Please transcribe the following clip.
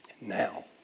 Now